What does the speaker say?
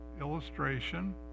illustration